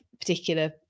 particular